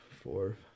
four